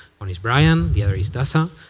one is brian. the other is dazza.